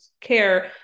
care